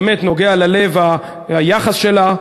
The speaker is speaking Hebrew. באמת נוגע ללב היחס שלה,